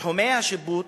ותחומי השיפוט